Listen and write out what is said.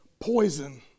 poison